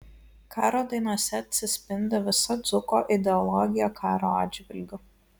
karo dainose atsispindi visa dzūko ideologija karo atžvilgiu